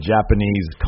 Japanese